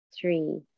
three